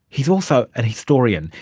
he is also an historian.